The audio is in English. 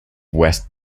west